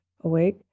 awake